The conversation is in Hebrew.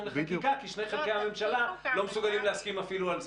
לחקיקה כי שני חלקי הממשלה לא מסוגלים להסכים אפילו על זה.